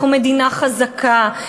אנחנו מדינה חזקה,